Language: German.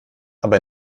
aber